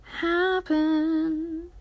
happen